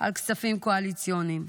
על כספים קואליציוניים.